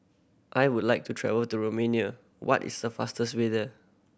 I would like to travel to Romania what is the fastest way there